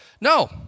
No